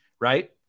right